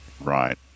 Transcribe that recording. right